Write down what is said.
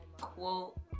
quote